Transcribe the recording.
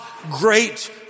great